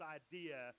idea